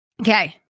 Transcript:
Okay